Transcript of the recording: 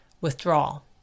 withdrawal